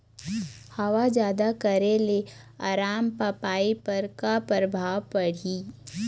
हवा जादा करे ले अरमपपई पर का परभाव पड़िही?